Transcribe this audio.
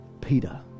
Peter